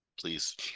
please